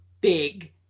big